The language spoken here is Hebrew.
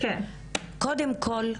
קודם כל,